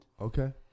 Okay